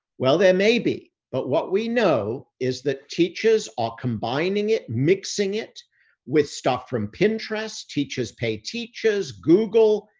well, there may be. but what we know is that teachers are combining it, mixing it with stuff from pinterest, teachers' pay teachers, google,